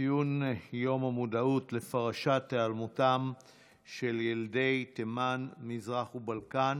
ציון יום המודעות להיעלמות ילדי תימן, בלקן